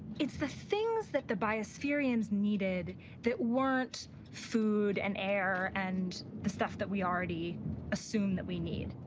it's the things that the biospherians needed that weren't food and air and the stuff that we already assume that we need.